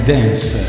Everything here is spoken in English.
Dance